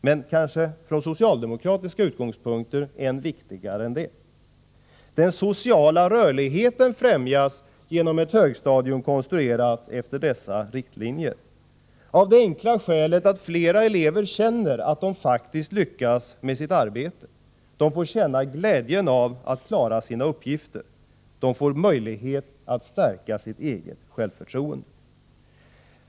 Men kanske än viktigare från inte minst socialdemokratiska utgångspunkter är att den sociala rörligheten främjas genom ett högstadium konstruerat efter dessa riktlinjer, av det enkla skälet att flera elever känner att de faktiskt lyckas med sitt arbete, får känna glädjen av att klara sina uppgifter, får möjlighet att stärka sitt eget självförtroende.